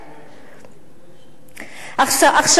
עכשיו,